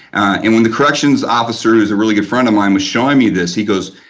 and when the corrections officer, who is a really good friend of mine, was showing me this, he goes,